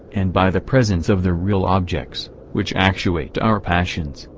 and by the presence of the real objects, which actuate our passions,